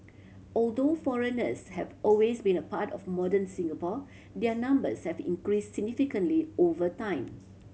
although foreigners have always been a part of modern Singapore their numbers have increase significantly over time